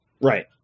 Right